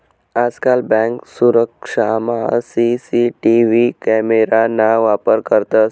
आजकाल बँक सुरक्षामा CCTV camera ना वापर करतंस